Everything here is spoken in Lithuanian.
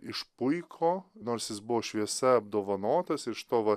išpuiko nors jis buvo šviesa apdovanotas iš to va